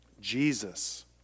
Jesus